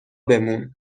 بمون